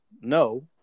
no